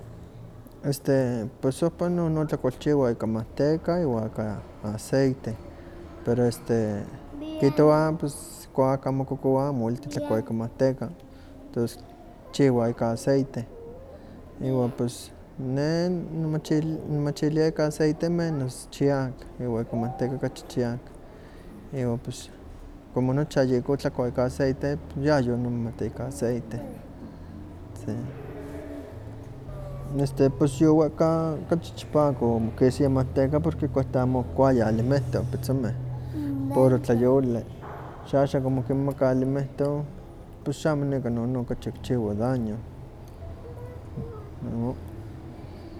Este pues ohpa no tlakualchiwa ika manteka iwa ka aceite, pero este kihtowa kuak aka mokokowa amo welti tlakua ika manteca, tos kchiwa ika aceite iwa pues ne nimach- nihmachilia ka aceite menos chiak, iwa ka manteca kachi chiak, iwa pues como nocha yayeko tlakua ika aceite pues yayonimomat ika aceite, sí. Neste pus yowehka kachi chipak okisaya ke manteca porque kuahtih amo kuaya alimento pitzomeh, puro tlayoli, xaxan como kinmakah alimento pus xamo nikan nono kachi kichiwa daño.